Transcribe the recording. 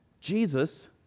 Jesus